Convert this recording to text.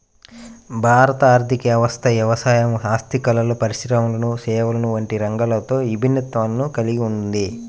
భారత ఆర్ధిక వ్యవస్థ వ్యవసాయం, హస్తకళలు, పరిశ్రమలు, సేవలు వంటి రంగాలతో విభిన్నతను కల్గి ఉంది